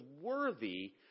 worthy